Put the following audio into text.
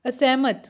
ਅਸਹਿਮਤ